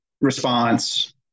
response